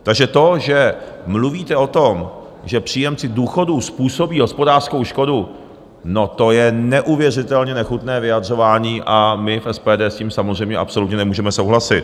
Takže to, že mluvíte o tom, že příjemci důchodů způsobí hospodářskou škodu, no to je neuvěřitelně nechutné vyjadřování a my v SPD s tím samozřejmě absolutně nemůžeme souhlasit.